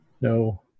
No